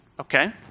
Okay